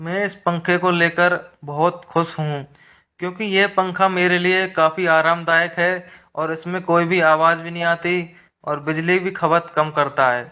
मैं इस पंखे को लेकर बोहोत खुश हूँ क्योंकि ये पंखा मेरे लिए काफ़ी आरामदायक है और इसमें कोई भी आवाज भी नहीं आती और बिजली भी खपत कम करता है